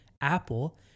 Apple